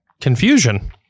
confusion